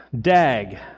dag